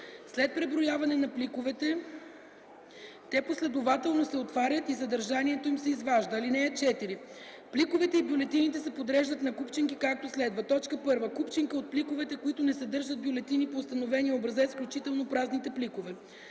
След преброяване на пликовете те последователно се отварят и съдържанието им се изважда. (4) Пликовете и бюлетините се подреждат на купчинки, както следва: 1. купчинка от пликовете, които не съдържат бюлетини по установения образец, включително празните пликове;